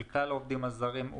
של כלל העובדים הזרים,